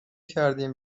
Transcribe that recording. کردیم